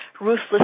ruthless